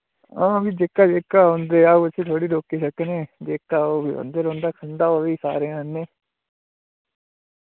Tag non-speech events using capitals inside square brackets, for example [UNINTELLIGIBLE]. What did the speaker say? हां फ्ही जेह्का जेह्का औंदे जाग उस्सी थोह्ड़ी रोकी सकने जेह्का औग औंदे रोह्नदा खंदा ओह् बी [UNINTELLIGIBLE]